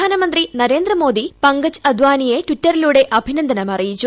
പ്രധാനമന്ത്രി നരേന്ദ്രമോദി പങ്കജ് അദ്വാനിയെ ട്വിറ്ററിലൂടെ അഭിനന്ദനം അറിയിച്ചു